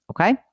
Okay